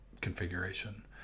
configuration